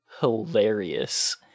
hilarious